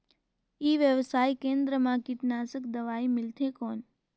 ई व्यवसाय केंद्र मा कीटनाशक दवाई मिलथे कौन?